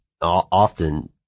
often